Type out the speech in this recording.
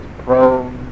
prone